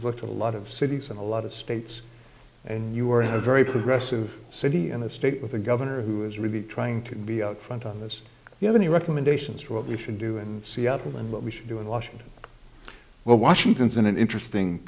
looked at a lot of cities and a lot of states and you are in a very progressive city in a state with a governor who is really trying to be out front on this you have any recommendations for what we should do in seattle and what we should do in washington well washington's in an interesting